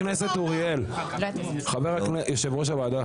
חבר הכנסת אוריאל, יושב-ראש הוועדה.